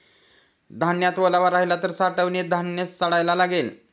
धान्यात ओलावा राहिला तर साठवणीत धान्य सडायला लागेल